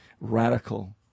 radical